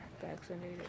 vaccinated